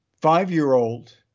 five-year-old